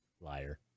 liar